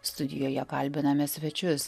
studijoje kalbiname svečius